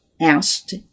asked